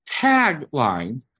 tagline